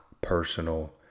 personal